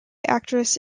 actress